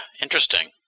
interesting